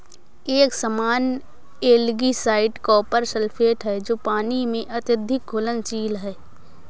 एक सामान्य algicide copper sulphate है जो पानी में अत्यधिक घुलनशील है